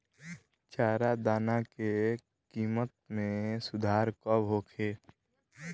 चारा दाना के किमत में सुधार कब होखे?